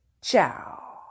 Ciao